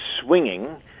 swinging